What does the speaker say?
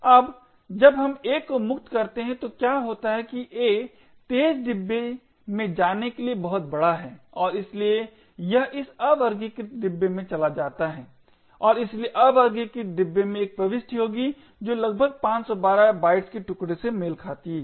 अब जब हम a को मुक्त करते हैं तो क्या होता है कि a तेज डिब्बे में जाने के लिए बहुत बड़ा है और इसलिए यह इस अवर्गीकृत डिब्बे में चला जाता है और इसलिए अवर्गीकृत डिब्बे में एक प्रविष्टि होगी जो लगभग 512 बाइट्स के टुकडे से मेल खाती है